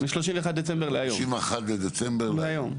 מ-31 בדצמבר להיום.